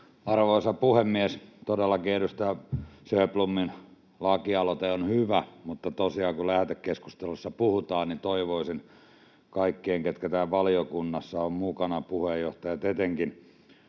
Arvoisa puhemies! Todellakin edustaja Sjöblomin lakialoite on hyvä, mutta tosiaan kun lähetekeskustelussa puhutaan, niin toivoisin kaikilta, ketkä tässä valiokunnassa ovat mukana — puheenjohtajat etenkin